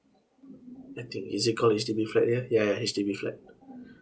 I think is it called H_D_B flat here ya ya H_D_B flat